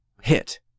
hit